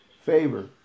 favor